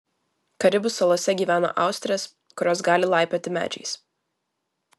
karibų salose gyvena austrės kurios gali laipioti medžiais